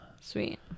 Sweet